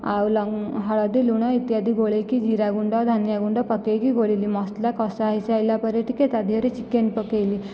ଆଉ ହଳଦୀ ଲୁଣ ଇତ୍ୟାଦି ଗୋଳାଇକି ଜିରା ଗୁଣ୍ଡ ଧନିଆ ଗୁଣ୍ଡ ପକାଇକି ଗୋଳାଇଲି ମସଲା କଷା ହୋଇସାରିଲା ପରେ ଟିକିଏ ତା' ଦେହରେ ଚିକେନ୍ ପକାଇଲି